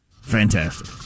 Fantastic